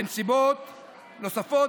בנסיבות נוספות,